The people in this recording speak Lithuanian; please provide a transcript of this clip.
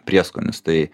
prieskonis tai